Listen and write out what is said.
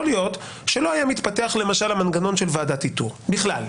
יכול להיות שלא היה מתפתח למשל המנגנון של ועדת איתור בכלל,